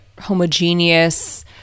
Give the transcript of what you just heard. homogeneous